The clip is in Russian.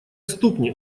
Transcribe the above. стукни